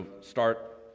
start